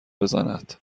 بزند